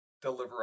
Deliver